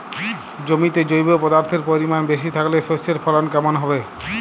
জমিতে জৈব পদার্থের পরিমাণ বেশি থাকলে শস্যর ফলন কেমন হবে?